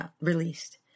released